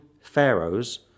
pharaohs